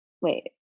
wait